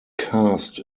cast